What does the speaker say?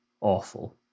awful